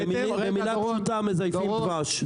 במילה פשוטה מזייפים דבש.